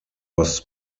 was